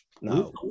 no